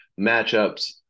matchups